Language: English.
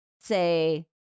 say